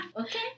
Okay